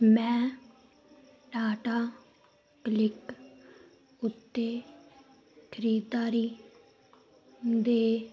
ਮੈਂ ਟਾਟਾ ਕਲਿੱਕ ਉੱਤੇ ਖਰੀਦਦਾਰੀ ਦੇ